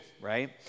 right